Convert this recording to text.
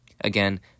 Again